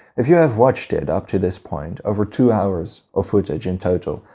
if you have watched it up to this point, over two hours of footage in total,